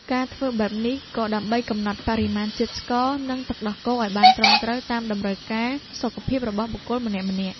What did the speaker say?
ការធ្វើបែបនេះ ក៏ដើម្បីកំណត់បរិមាណជាតិស្ករ និងទឹកដោះគោឱ្យបានត្រឹមត្រូវតាមតម្រូវការសុខភាពរបស់បុគ្គលម្នាក់ៗ។